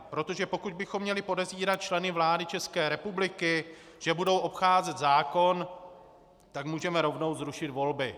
Protože pokud bychom měli podezírat členy vlády České republiky, že budou obcházet zákon, tak můžeme rovnou zrušit volby.